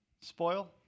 spoil